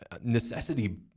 necessity